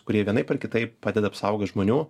kurie vienaip ar kitaip padeda apsaugot žmonių